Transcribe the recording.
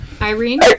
Irene